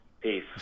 peace